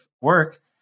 work